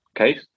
Okay